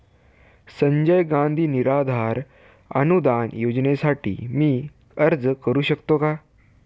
संजय गांधी निराधार अनुदान योजनेसाठी मी अर्ज करू शकतो का?